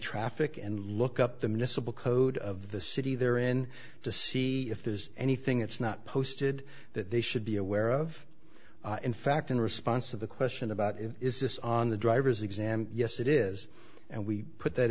traffic and look up the municipal code of the city they're in to see if there is anything it's not posted that they should be aware of in fact in response to the question about it is this on the driver's exam yes it is and we put that